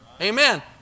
Amen